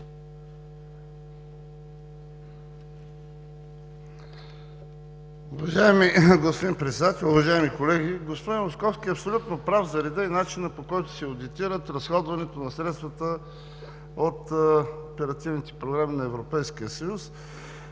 Уважаеми господин Председател, уважаеми колеги! Господин Московски е абсолютно прав за реда и начина, по който се одитира разходването на средствата от оперативните програми на Европейския съюз.